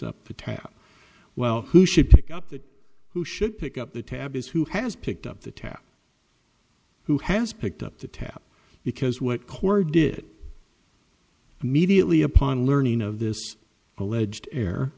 up the tab well who should pick up who should pick up the tab is who has picked up the tab who has picked up the tab because what chord did immediately upon learning of this alleged air